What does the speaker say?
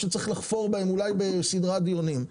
שצריך לחפור בהם אולי בסדרת דיונים.